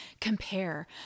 compare